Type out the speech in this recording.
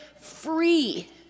free